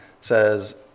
Says